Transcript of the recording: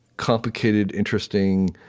complicated, interesting,